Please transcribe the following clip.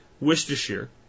Worcestershire